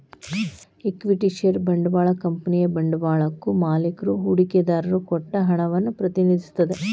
equity share ಬಂಡವಾಳ ಕಂಪನಿಯ ಬಂಡವಾಳಕ್ಕಾ ಮಾಲಿಕ್ರು ಹೂಡಿಕೆದಾರರು ಕೊಟ್ಟ ಹಣವನ್ನ ಪ್ರತಿನಿಧಿಸತ್ತ